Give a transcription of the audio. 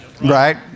Right